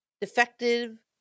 defective